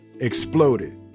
exploded